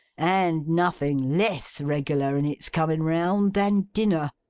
and nothing less regular in its coming round than dinner.